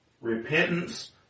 repentance